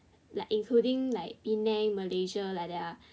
like including like Penang Malaysia like that ah